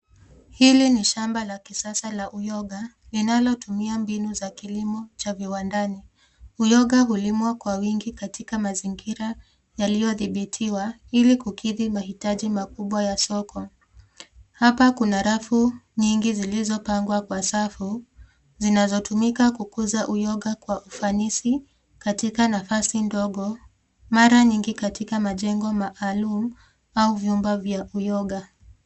Hili ni shamba la kisasa la uyoga linalotumia mbinu za kilimo cha uwandani. Uyoga hulimwa kwa wingi katika mazingira yaliyodhibitiwa ili kukidhi mahitaji makubwa ya soko. Hapa kuna rafu nyingi zilizopangwa kwa safu, zinazotumika kukuza uyoga kwa ufanisi katika nafasi ndogo, mara nyingi katika majengo maalum au vyumba vya uyoga.